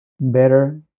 better